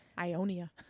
Ionia